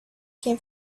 came